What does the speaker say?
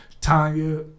Tanya